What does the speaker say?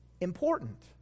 important